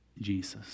Jesus